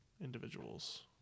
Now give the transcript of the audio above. individuals